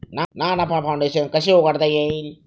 ना नफा फाउंडेशन कशी उघडता येईल?